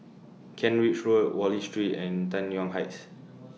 Kent Ridge Road Wallich Street and Tai Yuan Heights